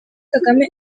kagame